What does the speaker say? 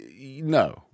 No